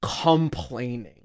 complaining